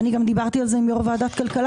אני גם דיברתי על זה עם יו"ר ועדת כלכלה,